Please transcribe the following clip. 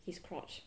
his crotch